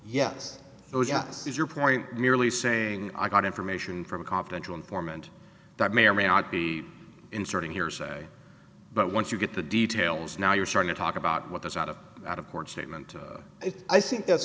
yes yes is your point merely saying i got information from a confidential informant that may or may not be inserting hearsay but once you get the details now you're starting to talk about what that's out of out of court statement if i think that's